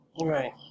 Right